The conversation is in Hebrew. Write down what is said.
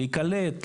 להיקלט,